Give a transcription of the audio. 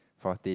fourteen